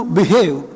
behave